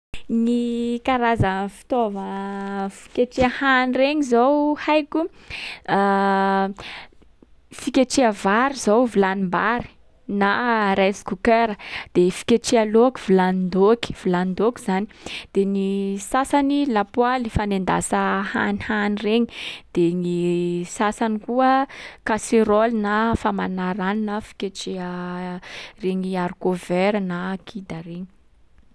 Gny karaza fitaova fiketreha hany regny zao, haiko: fiketreha vary zao vilanim-bary, na rice cooker. De fiketreha laoka vilanin-daoky- vilanin-daoky zany. De ny sasany lapoaly fanendasa hanihany regny. De gny sasany koa kaseraoly na famanà rano na fiketreha regny haricot vert na kida regny.